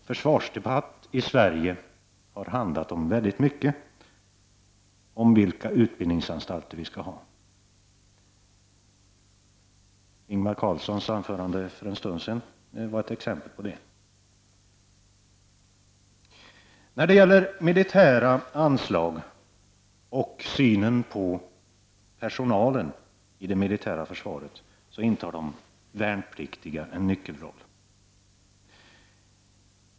Försvarsdebatten i Sverige har handlat om mycket, bl.a. om vilka utbildningsanstalter vi skall ha. Ingvar Karlssons i Bengtsfors anförande för en liten stund sedan var ett exempel på detta. När det gäller militära anslag och synen på personalen inom det militära försvaret intar de värnpliktiga en nyckelroll.